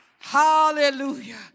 Hallelujah